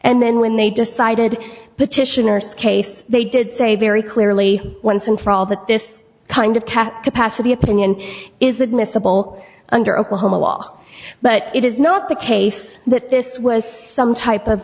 and then when they decided petitioners case they did say very clearly once and for all that this kind of cat capacity opinion is admissible under oklahoma law but it is not the case that this was some type of